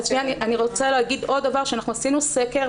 עשינו סקר,